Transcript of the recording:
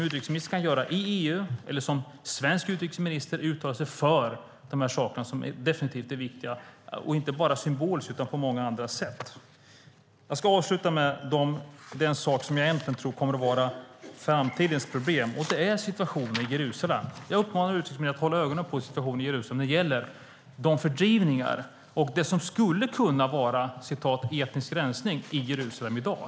Utrikesministern kan göra saker i EU eller uttala sig som svensk utrikesminister för dessa saker, som definitivt är viktiga - och inte bara symboliskt utan på många andra sätt. Jag ska avsluta med den sak som jag egentligen tror kommer att vara framtidens problem. Det är situationen i Jerusalem. Jag uppmanar utrikesministern att hålla ögonen på situationen i Jerusalem när det gäller de fördrivningar och det som skulle kunna vara "etnisk rensning" där i dag.